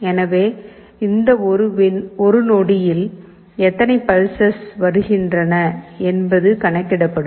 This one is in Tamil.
எனவே இந்த ஒரு நொடியில் எத்தனை பல்ஸ்ஸஸ் வருகின்றன என்பது கணக்கிடப்படும்